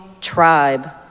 tribe